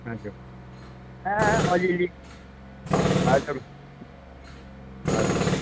हजुर आ अलिअलि हजुर हजुर